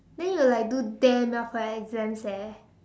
then you will like do damn well for exams eh